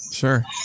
Sure